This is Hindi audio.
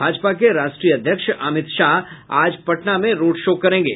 भाजपा के राष्ट्रीय अध्यक्ष अमित शाह आज पटना में रोड शो करेंगे